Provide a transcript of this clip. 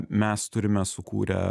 mes turime sukūrę